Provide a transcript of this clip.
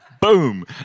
Boom